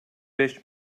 beş